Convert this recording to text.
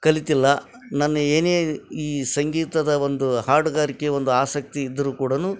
ಕಲಿತಿಲ್ಲ ನನ್ನ ಏನೇ ಈ ಸಂಗೀತದ ಒಂದು ಹಾಡುಗಾರಿಕೆ ಒಂದು ಆಸಕ್ತಿ ಇದ್ರೂ ಕೂಡ